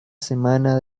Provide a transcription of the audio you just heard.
semana